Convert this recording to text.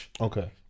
Okay